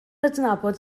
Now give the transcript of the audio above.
adnabod